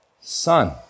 Son